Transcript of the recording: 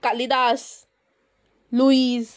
Kalidas Luis